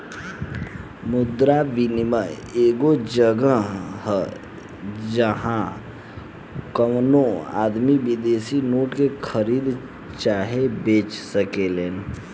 मुद्रा विनियम एगो जगह ह जाहवा कवनो आदमी विदेशी नोट के खरीद चाहे बेच सकेलेन